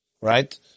Right